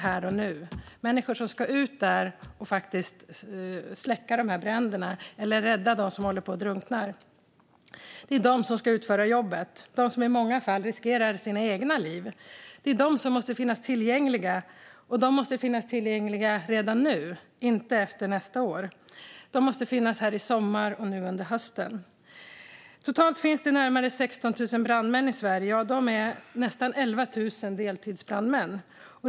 Det handlar om människor som ska ut och släcka dessa bränder eller rädda dem som håller på att drunkna. Det är de som ska utföra jobbet, och det är de som i många fall riskerar sina egna liv. Det är de som måste finnas tillgängliga, och de måste finnas tillgängliga redan nu - inte efter nästa år. De måste finnas här i sommar och under hösten. Totalt finns närmare 16 000 brandmän i Sverige, och av dem är nästan 11 000 deltidsbrandmän.